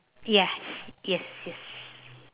yes yes yes